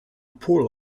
poor